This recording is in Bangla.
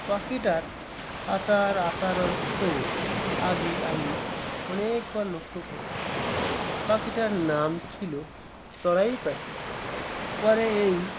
পাখিটার আচার আসারণও আগে আমি অনেকবার লক্ষ্য করেছি পাখিটার নাম ছিল চড়াই পাখি পরে এই